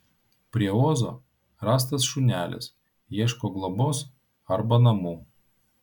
prie ozo rastas šunelis ieško globos arba namų